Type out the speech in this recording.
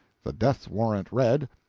the death warrant read,